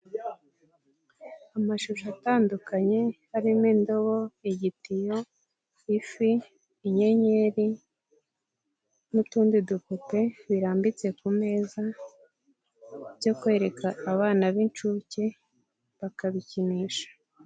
Amashusho atandukanye harimo indabo, igitiyo, ifi, inyenyeri n'utundi dupupe birambitse ku meza byo kwereka abana b'inshuke bakabikinisha.